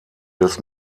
des